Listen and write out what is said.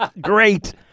Great